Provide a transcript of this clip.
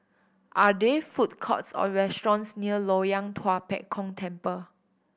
are there food courts or restaurants near Loyang Tua Pek Kong Temple